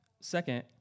Second